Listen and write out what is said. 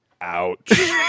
ouch